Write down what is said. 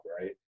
right